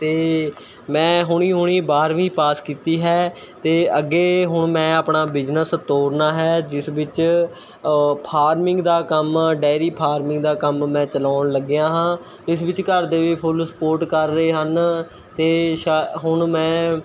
ਅਤੇ ਮੈਂ ਹੁਣੀ ਹੁਣੀ ਬਾਰ੍ਹਵੀਂ ਪਾਸ ਕੀਤੀ ਹੈ ਅਤੇ ਅੱਗੇ ਹੁਣ ਮੈਂ ਆਪਣਾ ਬਿਜ਼ਨਸ ਤੋਰਨਾ ਹੈ ਜਿਸ ਵਿੱਚ ਫਾਰਮਿੰਗ ਦਾ ਕੰਮ ਡੈਅਰੀ ਫਾਰਮਿੰਗ ਦਾ ਕੰਮ ਮੈਂ ਚਲਾਉਣ ਲੱਗਿਆ ਹਾਂ ਇਸ ਵਿੱਚ ਘਰ ਦੇ ਵੀ ਫੁੱਲ ਸਪੋਰਟ ਕਰ ਰਹੇ ਹਨ ਅਤੇ ਸ਼ਾ ਹੁਣ ਮੈਂ